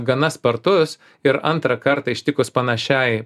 gana spartus ir antrą kartą ištikus panašiai